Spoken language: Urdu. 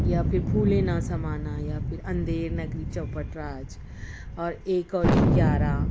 یا پھر پھولے نا سمانا یا پھر اندھیر نگری چوپٹ راج اور ایک اور ایک گیارہ